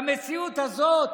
והמציאות הזאת